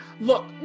look